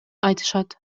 айтышат